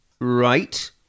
Right